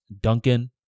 Duncan